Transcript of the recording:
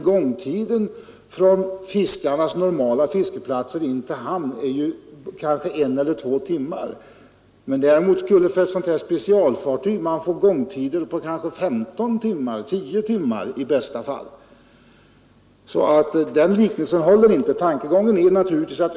Gångtiden från fiskarnas normala fiskeplatser in till hamn är kanske en eller två timmar, medan man för ett specialfartyg skulle få gångtider på kanske 15 — eller i bästa fall 10 — timmar.